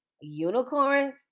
Unicorns